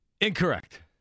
Incorrect